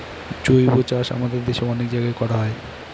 জৈবচাষ আমাদের দেশে অনেক জায়গায় করা হয়